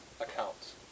accounts